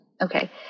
Okay